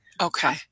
Okay